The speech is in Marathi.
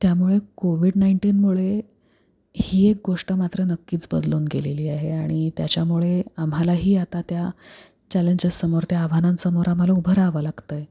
त्यामुळे कोविड नाईन्टीनमुळे ही एक गोष्ट मात्र नक्कीच बदलून गेलेली आहे आणि त्याच्यामुळे आम्हालाही आता त्या चॅलेंजेससमोर त्या आव्हानांसमोर आम्हाला उभं राहावं लागत आहे